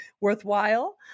worthwhile